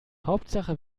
hauptsache